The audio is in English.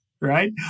right